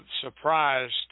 surprised